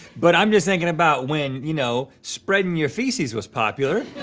but i'm just thinking about when, you know, spreading your feces was popular.